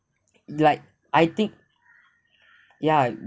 like I think yeah